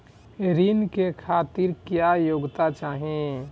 ऋण के खातिर क्या योग्यता चाहीं?